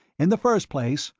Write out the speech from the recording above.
in the first place,